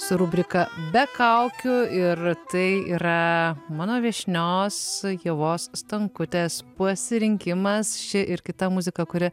su rubrika be kaukių ir tai yra mano viešnios ievos stankutės pasirinkimas ši ir kita muzika kuri